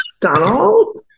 Donald